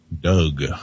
Doug